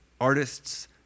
Artists